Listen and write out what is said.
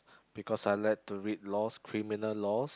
because I like to read laws criminal laws